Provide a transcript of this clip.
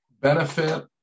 Benefit